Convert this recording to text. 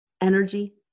energy